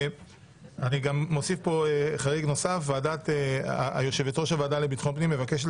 אני מוסיף חריג נוסף: יושבת-ראש הוועדה לביטחון פנים מבקשת